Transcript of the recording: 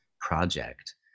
Project